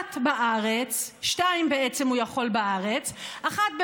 אחת בארץ, שתיים בעצם הוא יכול בארץ, אחת בברמודה,